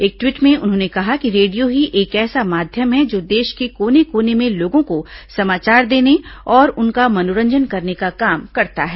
एक ट्वीट में उन्होंने कहा कि रेडियो ही एक ऐसा माध्यम है जो देश के कोने कोने में लोगों को समाचार देने और उनका मनोरंजन करने का काम करता है